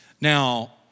Now